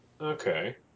Okay